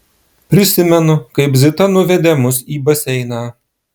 prisimenu kaip zita nuvedė mus į baseiną